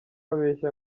abeshya